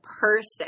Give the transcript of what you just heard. person